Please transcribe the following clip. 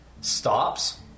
stops